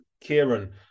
Kieran